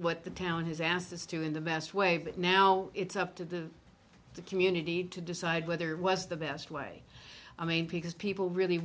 what the town has asked us to in the best way but now it's up to the community to decide whether it was the best way i mean because people really